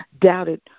doubted